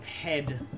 head